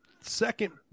second